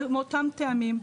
מאותם טעמים.